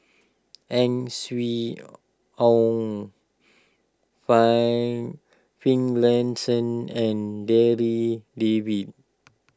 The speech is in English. Ang Swee Aun Fine Finlayson and Darryl David